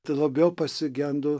tai labiau pasigendu